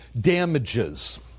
damages